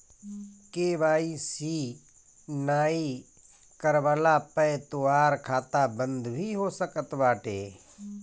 KYC नाइ करववला पअ तोहार खाता बंद भी हो सकत बाटे